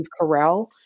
Carell